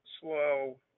slow